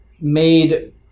made